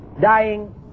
dying